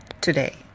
today